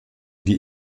die